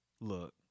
Look